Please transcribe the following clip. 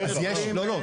לא, לא.